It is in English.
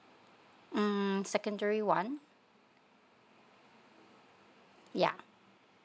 mm secondary one ya